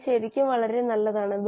അവ ശരിക്കും വളരെ നല്ലതാണ്